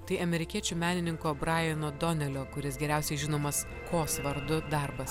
tai amerikiečių menininko braino donelio kuris geriausiai žinomas kaws vardu darbas